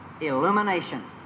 Illumination